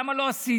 למה לא עשית?